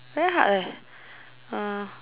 uh